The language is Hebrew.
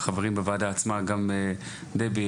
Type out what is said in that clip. חברי הכנסת ואז